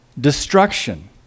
destruction